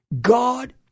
God